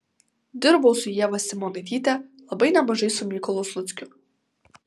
dirbau su ieva simonaityte labai nemažai su mykolu sluckiu